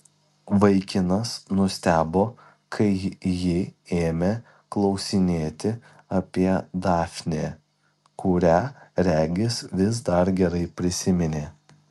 vaikinas nustebo kai ji ėmė klausinėti apie dafnę kurią regis vis dar gerai prisiminė